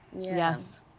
Yes